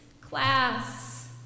class